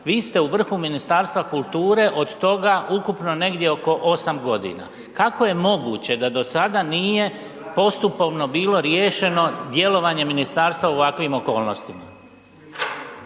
Vi ste u vrhu Ministarstva kulture od toga ukupno negdje oko 8.g. Kako je moguće da do sada nije postupovno bilo riješeno djelovanje ministarstva u ovakvim okolnostima?